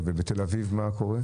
ובתל אביב מה קורה?